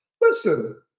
Listen